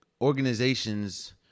organizations